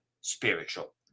spiritual